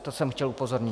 To jsem chtěl upozornit.